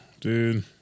dude